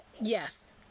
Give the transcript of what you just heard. Yes